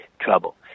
trouble